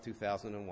2001